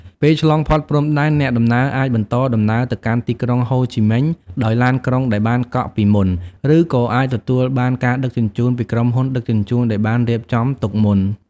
ពេលឆ្លងផុតព្រំដែន អ្នកដំណើរអាចបន្តដំណើរទៅកាន់ទីក្រុងហូជីមិញដោយឡានក្រុងដែលបានកក់ពីមុន ឬក៏អាចទទួលបានការដឹកជញ្ជូនពីក្រុមហ៊ុនដឹកជញ្ជូនដែលបានរៀបចំទុកមុន។